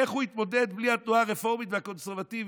איך הוא יתמודד בלי התנועה הרפורמית והקונסרבטיבית.